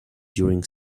during